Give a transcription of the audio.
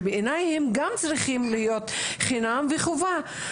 שבעיניי גם הם צריכים להיות חינם וחובה.